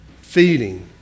feeding